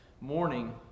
morning